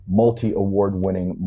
multi-award-winning